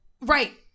Right